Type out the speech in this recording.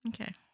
Okay